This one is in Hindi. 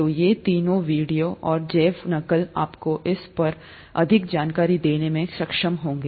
तो ये तीनों वीडियो और जैव नकल आपको उस पर अधिक जानकारी देने में सक्षम होगी